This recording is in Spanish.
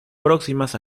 próximas